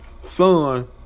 son